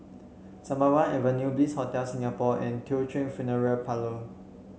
Sembawang Avenue Bliss Hotel Singapore and Teochew Funeral Parlour